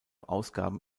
ausgaben